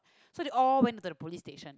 so they all went to the police station